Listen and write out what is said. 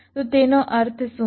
તો તેનો અર્થ શું છે